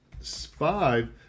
five